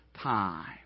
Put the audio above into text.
time